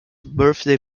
birthday